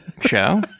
show